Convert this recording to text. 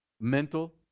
mental